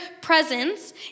presence